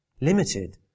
Limited